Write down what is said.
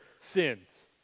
sins